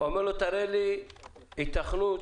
תראה לי היתכנות